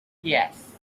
yes